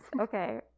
okay